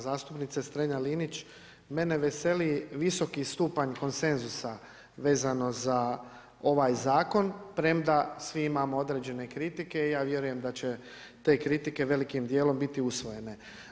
Uvažena zastupnice Strenja-Linić, mene veseli visoki stupanj konsenzusa vezano za ovaj zakon premda svi imamo određene kritike i ja vjerujem da će te kritike velikim dijelom biti usvojene.